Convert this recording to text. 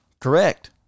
Correct